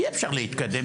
אי אפשר להתקדם,